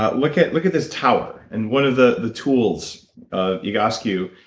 ah look at look at this tower. and one of the the tools ah egoscue,